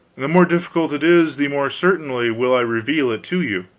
the more difficult it is, the more certainly will i reveal it to you.